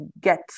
get